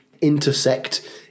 intersect